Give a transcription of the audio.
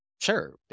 sure